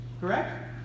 Correct